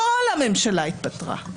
כל הממשלה התפטרה.